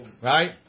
Right